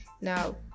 Now